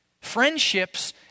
Friendships